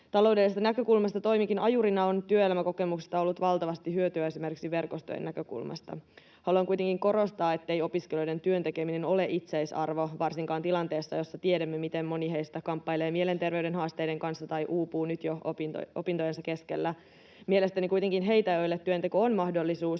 taloudellisesta näkökulmasta toimikin ajurina, on työelämäkokemuksesta ollut valtavasti hyötyä esimerkiksi verkostojen näkökulmasta. Haluan kuitenkin korostaa, ettei opiskelijoiden työn tekeminen ole itseisarvo, varsinkaan tilanteessa, jossa tiedämme, miten moni heistä kamppailee mielenterveyden haasteiden kanssa tai uupuu jo nyt opintojensa keskellä. Mielestäni kuitenkaan heitä, joille työnteko on mahdollisuus